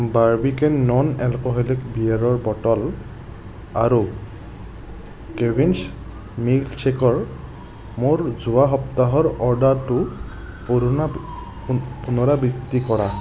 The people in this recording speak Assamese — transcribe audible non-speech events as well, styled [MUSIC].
বাৰ্বিকেন নন এলকহলিক বিয়েৰৰ বটল আৰু কেভিন্ছ মিলকশ্বেকৰ মোৰ যোৱা সপ্তাহৰ অৰ্ডাৰটোৰ [UNINTELLIGIBLE] পুনৰাবৃত্তি কৰা